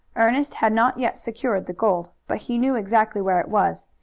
ernest had not yet secured the gold, but he knew exactly where it was,